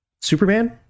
Superman